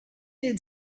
did